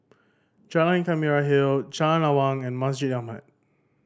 Jalan Ikan Merah Hill Jalan Awang and Masjid Ahmad